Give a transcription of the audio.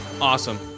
awesome